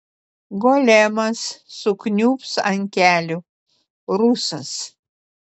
golemas sukniubs ant kelių rusas